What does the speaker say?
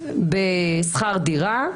בשכר דירה.